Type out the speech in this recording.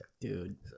Dude